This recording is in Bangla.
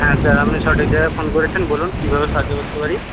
হ্যাঁ স্যার আপনি সঠিক জায়গায় ফোন করেছেন বলুন কীভাবে সাহায্য করতে পারি